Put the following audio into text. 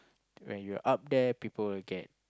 when you're up there people will get